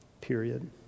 period